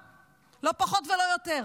לא פחות ולא יותר,